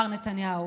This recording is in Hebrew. מר נתניהו,